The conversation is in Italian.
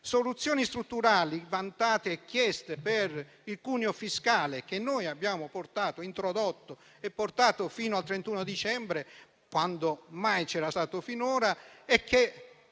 soluzioni strutturali, vantate e chieste per il cuneo fiscale che noi abbiamo introdotto e portato fino al 31 dicembre - mai avvenuto finora - che